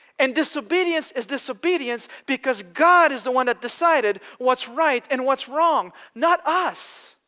and disobedience is disobedience because god is the one that decided what's right and what's wrong, not us.